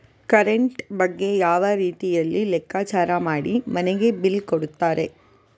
Current ಬಗ್ಗೆ ಯಾವ ರೀತಿಯಲ್ಲಿ ಲೆಕ್ಕಚಾರ ಮಾಡಿ ಮನೆಗೆ ಬಿಲ್ ಕೊಡುತ್ತಾರೆ?